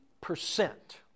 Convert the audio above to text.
percent